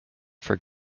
for